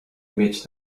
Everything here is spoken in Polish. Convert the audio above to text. mieć